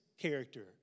character